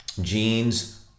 genes